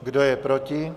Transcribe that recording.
Kdo je proti?